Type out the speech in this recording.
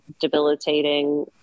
debilitating